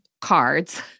cards